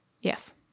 Yes